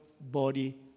body